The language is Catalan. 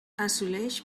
assoleix